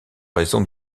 raison